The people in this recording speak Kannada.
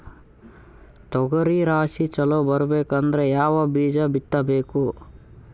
ತೊಗರಿ ರಾಶಿ ಚಲೋ ಬರಬೇಕಂದ್ರ ಯಾವ ಬೀಜ ಬಿತ್ತಬೇಕು?